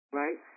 right